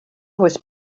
was